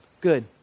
good